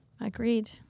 Agreed